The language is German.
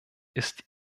ist